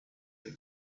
that